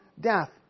death